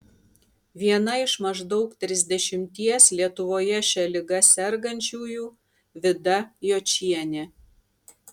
viena iš maždaug trisdešimties lietuvoje šia liga sergančiųjų vida jočienė